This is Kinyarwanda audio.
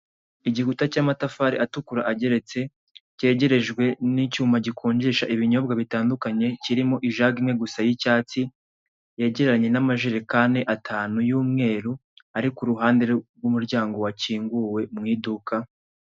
Igikuta cy'amatafari atukura, ageretse, cyegerejwe n'icyuma gikonjesha ibinyobwa bitandukanye, kirimo ijage imwe gusa y'icyatsi, yegeranye n'amajerekane atanu y'umweru, ari ku ruhande rw'umuryango wakinguwe mu iduka.